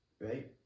right